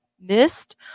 missed